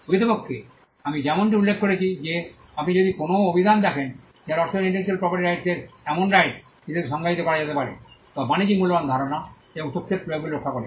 প্রকৃতপক্ষে আমি যেমনটি উল্লেখ করেছি যে আপনি যদি কোনও অভিধান দেখেন যার অর্থ ইন্টেলেকচুয়াল প্রপার্টি রাইটস এর এমন রাইটস হিসাবে সংজ্ঞায়িত করা যেতে পারে যা বাণিজ্যিক মূল্যবান ধারণা এবং তথ্যের প্রয়োগগুলি রক্ষা করে